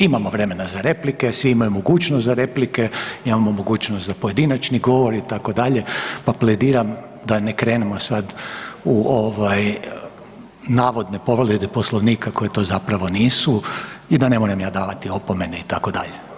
Imamo vremena za replike, svi imaju mogućnost za replike, imamo mogućnost za pojedinačni govor itd., pa plediram da ne krenemo sad u navodne povrede poslovnika koje to zapravo nisu i da ne moram ja davati opomene itd.